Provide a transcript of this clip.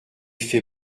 fait